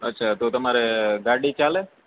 અચ્છા તો તમારે ગાડી ચાલે